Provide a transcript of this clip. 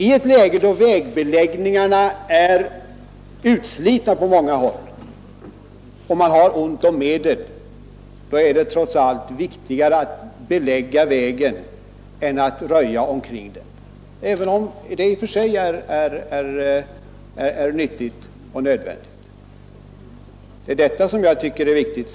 I ett läge då vägbeläggningarna på många håll är utslitna och då man har ont om medel är det trots allt viktigare att belägga vägen än att röja omkring den, även om det senare i och för sig är nyttigt och nödvändigt. Det är detta som jag tycker är viktigt.